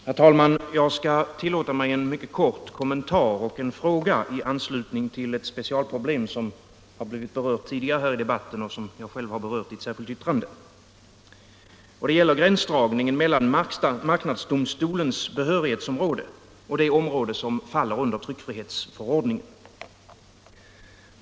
Herr talman! Jag skall tillåta mig en mycket kort kommentar och en fråga i anslutning till ett speciellt problem, som har blivit berört tidigare här i debatten och som jag själv har berört i ett särskilt yttrande. Det gäller gränsdragningen mellan marknadsdomstolens behörighetsområde och det område som faller under tryckfrihetsförordningen.